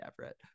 Everett